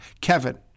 Kevin